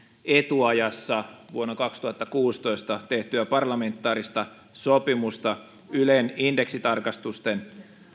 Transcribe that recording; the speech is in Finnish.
etuajassa vuonna kaksituhattakuusitoista tehtyä parlamentaarista sopimusta ylen indeksitarkastusten